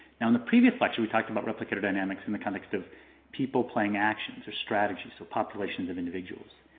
now, in the previous lecture, we talked about replicator dynamics in the context of people playing actions or strategies, so populations of individuals.